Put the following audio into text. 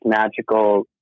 magical